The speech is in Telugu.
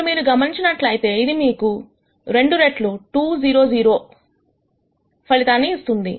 ఇప్పుడు మీరు గమనించినట్లయితే ఇది మీకు 2 రెట్లు 2 0 0 ఫలితాన్నిస్తుంది